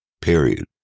period